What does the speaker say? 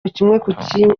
kimwe